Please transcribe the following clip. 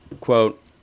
quote